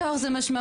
תואר זה משמעות.